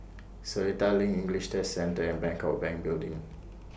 Seletar LINK English Test Centre Bangkok Bank Building